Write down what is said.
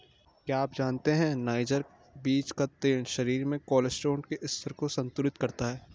क्या आप जानते है नाइजर बीज का तेल शरीर में कोलेस्ट्रॉल के स्तर को संतुलित करता है?